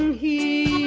he.